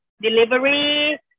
delivery